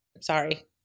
Sorry